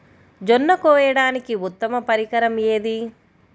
జొన్న కోయడానికి ఉత్తమ పరికరం ఏది?